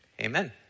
amen